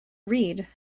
read